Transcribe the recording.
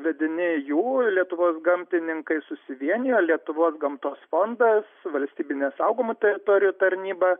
vedini jų lietuvos gamtininkai susivienijo lietuvos gamtos fondas valstybinė saugomų teritorijų tarnyba